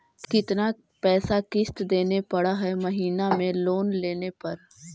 कितना पैसा किस्त देने पड़ है महीना में लोन लेने पर?